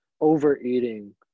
overeating